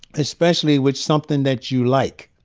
especially with something that you like.